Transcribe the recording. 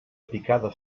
picada